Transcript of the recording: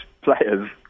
players